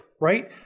Right